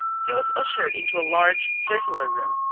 he was ushered into a large circular room,